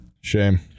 Shame